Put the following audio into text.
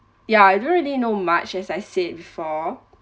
ya I don't really know much as I said before